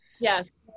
Yes